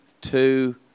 two